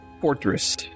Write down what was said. Fortress